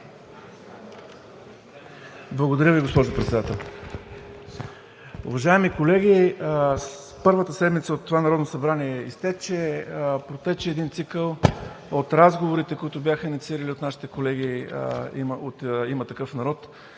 Благодаря Ви, госпожо Председател. Уважаеми колеги! Първата седмица от това Народно събрание изтече. Протече един цикъл от разговорите, които бяха инициирани, от нашите колеги от „Има такъв народ“